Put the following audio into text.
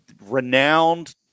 renowned